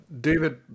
David